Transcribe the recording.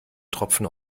tropfen